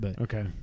Okay